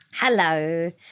Hello